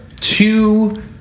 two